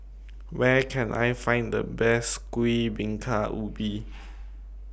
Where Can I Find The Best Kuih Bingka Ubi